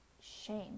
shame